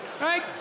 right